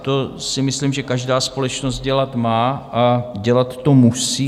To si myslím, že každá společnost dělat má a dělat musí.